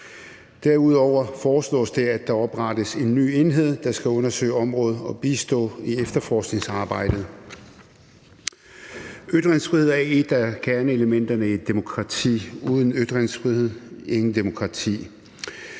Derudover foreslås det, at der oprettes en ny enhed, der skal undersøge området og bistå i efterforskningsarbejdet. Ytringsfrihed er et af kerneelementerne i et demokrati. Uden ytringsfrihed intet demokrati.